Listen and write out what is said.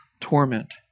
torment